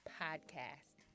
podcast